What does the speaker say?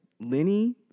Lenny